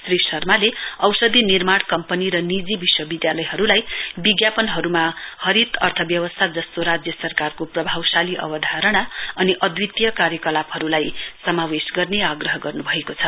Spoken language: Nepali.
श्री शर्माले औषधी निर्माण कम्पनी र निजी विश्वविधालयहरुलाई विज्ञापनहरुमा हरित अन्यव्यवस्था जस्तो राज्य सरकारको प्रभाव शाली अवधारणा अनि अद्वितीय कार्यकलापहरुलाई समावेश गर्ने आग्रह गर्नु भएको छ